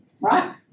right